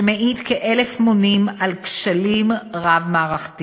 שמעיד כאלף עדים על כשלים רב-מערכתיים.